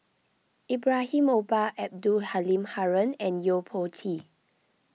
Ibrahim Omar Abdul Halim Haron and Yo Po Tee